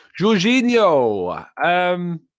Jorginho